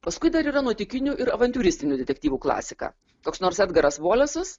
paskui dar yra nuotykinių ir avantiūristinių detektyvų klasika koks nors edgaras volesas